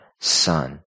son